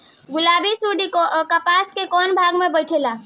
गुलाबी सुंडी कपास के कौने भाग में बैठे ला?